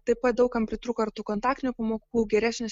taip pat daug kam pritrūko ir tų kontaktinių pamokų geresnis